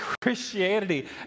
Christianity